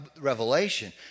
Revelation